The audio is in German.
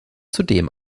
zudem